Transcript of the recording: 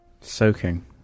Soaking